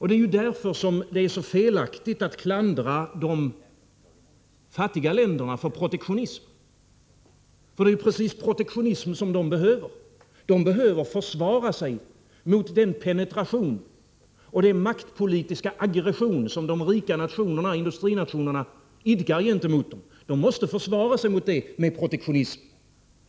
Det är därför som det är så felaktigt att klandra de fattiga länderna för protektionism. Det är precis protektionism som de behöver — de behöver försvara sig mot den penetration och den maktpolitiska aggression som de rika industrinationerna idkar gentemot dem. De måste försvara sig mot detta med protektionism.